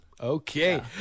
Okay